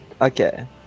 Okay